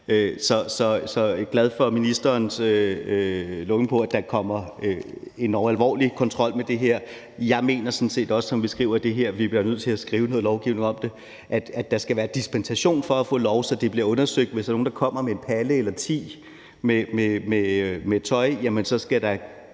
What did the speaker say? Så jeg er glad for ministerens lovning på, at der kommer endog alvorlig kontrol med det her. Jeg mener sådan set også, at os, som beskriver det her, bliver nødt til at skrive noget lovgivning om det. Der skal være dispensation for at få lov, så det bliver undersøgt, hvis der er nogen, der kommer med en palle eller ti med tøj. Så skal der